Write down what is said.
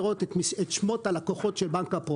בנק מסד אומר שהוא לא יכול לראות את שמות הלקוחות של בנק הפועלים,